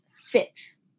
fits